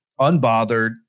unbothered